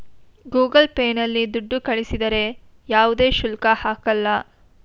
Google Pay ನಲ್ಲಿ ದುಡ್ಡು ಕಳಿಸಿದರೆ ಯಾವುದೇ ಶುಲ್ಕ ಹಾಕಲ್ಲ